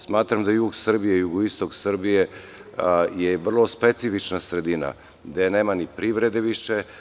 Smatram da su jug Srbije i jugoistok Srbije vrlo specifična sredina, gde nema ni privrede više.